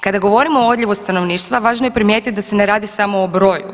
Kada govorimo o odljevu stanovništva važno je primijetiti da se radi samo o broju.